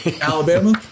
Alabama